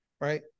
right